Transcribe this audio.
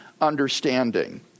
understanding